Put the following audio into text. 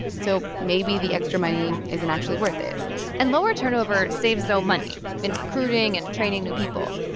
so maybe the extra money isn't actually worth it and lower turnover saves zo money in recruiting and training new people.